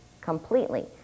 completely